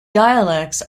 dialects